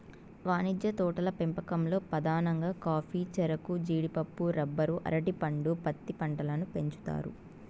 వాణిజ్య తోటల పెంపకంలో పధానంగా కాఫీ, చెరకు, జీడిపప్పు, రబ్బరు, అరటి పండు, పత్తి పంటలను పెంచుతారు